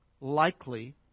likely